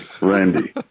Randy